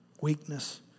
weakness